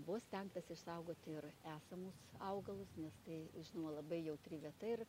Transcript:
buvo stengtasi išsaugoti ir esamus augalus nes tai žinoma labai jautri vieta ir